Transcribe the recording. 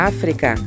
África